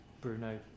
Bruno